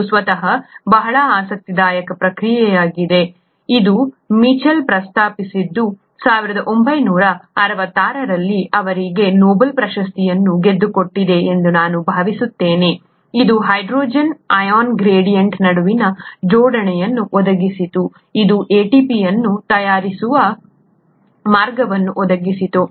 ಇದು ಸ್ವತಃ ಬಹಳ ಆಸಕ್ತಿದಾಯಕ ಪ್ರಕ್ರಿಯೆಯಾಗಿದೆ ಇದು ಮಿಚೆಲ್ ಪ್ರಸ್ತಾಪಿಸಿದ್ದು 1966 ರಲ್ಲಿ ಅವರಿಗೆ ನೊಬೆಲ್ ಪ್ರಶಸ್ತಿಯನ್ನು ಗೆದ್ದುಕೊಟ್ಟಿದೆ ಎಂದು ನಾನು ಭಾವಿಸುತ್ತೇನೆ ಇದು ಹೈಡ್ರೋಜನ್ ಅಯಾನ್ ಗ್ರೇಡಿಯಂಟ್ ನಡುವಿನ ಜೋಡಣೆಯನ್ನು ಒದಗಿಸಿತು ಇದು ATP ಅನ್ನು ತಯಾರಿಸುವ ಮಾರ್ಗವನ್ನು ಒದಗಿಸಿತು